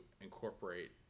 incorporate